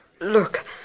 Look